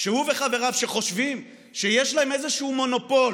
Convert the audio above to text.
שהוא וחבריו, שחושבים שיש להם איזשהו מונופול